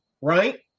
right